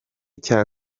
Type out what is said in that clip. cya